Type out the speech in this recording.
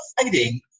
fighting